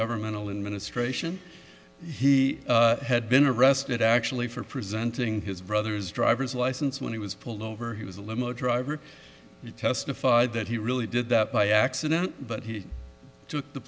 governmental in ministration he had been arrested actually for presenting his brother's driver's license when he was pulled over he was a limo driver you testified that he really did that by accident but he took the